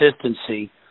consistency